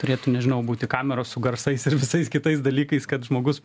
turėtų nežinau būti kameros su garsais ir visais kitais dalykais kad žmogus